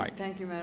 like thank you,